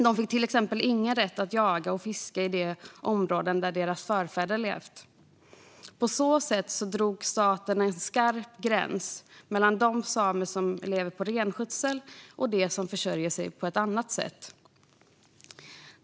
De fick till exempel ingen rätt att jaga och fiska i de områden där deras förfäder levt. På så sätt drog staten en skarp gräns mellan de samer som lever på renskötsel och de som försörjer sig på annat sätt.